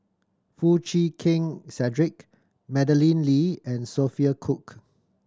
Foo Chee Keng Cedric Madeleine Lee and Sophia Cooke